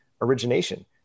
origination